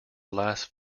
last